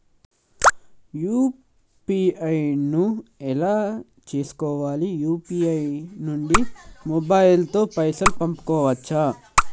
UPI ను ఎలా చేస్కోవాలి యూ.పీ.ఐ నుండి మొబైల్ తో పైసల్ పంపుకోవచ్చా?